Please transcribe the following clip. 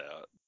out